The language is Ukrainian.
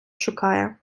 шукає